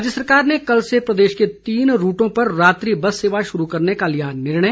राज्य सरकार ने कल से प्रदेश के तीन रूटों पर रात्रि बस सेवा शुरू करने का लिया निर्णय